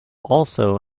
also